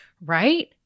right